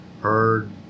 heard